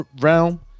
realm